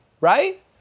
right